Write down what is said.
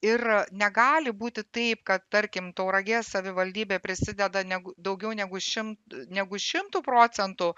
ir negali būti taip kad tarkim tauragės savivaldybė prisideda ne daugiau negu šim negu šimtu procentų